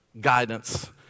guidance